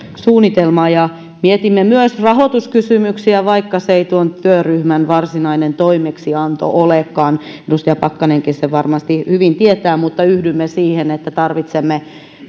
suunnitelmaa mietimme myös rahoituskysymyksiä vaikka se ei tuon työryhmän varsinainen toimeksianto olekaan edustaja pakkanenkin sen varmasti hyvin tietää mutta yhdymme siihen että tarvitsemme